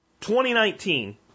2019